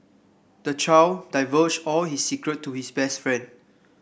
the child divulged all his secret to his best friend